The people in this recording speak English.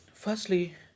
Firstly